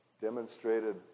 demonstrated